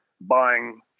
buying